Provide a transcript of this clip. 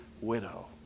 widow